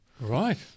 Right